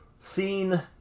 seen